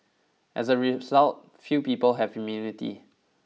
as a result few people have immunity